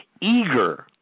eager